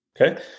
Okay